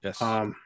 Yes